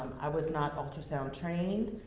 i was not ultrasound trained,